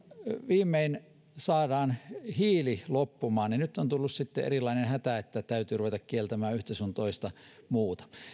viimein saadaan hiili loppumaan nyt on tullut sitten erilainen hätä että täytyy ruveta kieltämään yhtä sun toista